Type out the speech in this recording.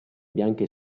bianche